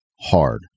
hard